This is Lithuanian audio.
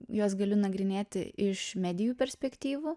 juos galiu nagrinėti iš medijų perspektyvų